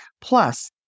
Plus